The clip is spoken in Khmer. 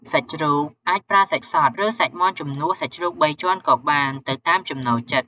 សាច់ជ្រូក អាចប្រើសាច់សុត ឬសាច់មាន់ជំនួសសាច់ជ្រូកបីជាន់ក៏បាន ទៅតាមចំណូលចិត្ត។